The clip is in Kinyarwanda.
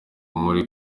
muri